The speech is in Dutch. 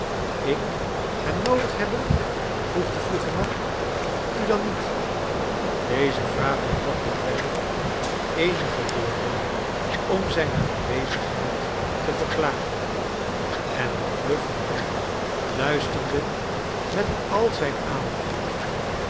ik hem noodig hebben vroeg de vlugge man u dan niet deze vraag ontlokte clennam eenige woorden om zijne aanwezigheid te verklaren en de vlugge man luisterde met al zijn aandacht